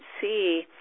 see